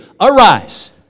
Arise